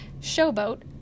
Showboat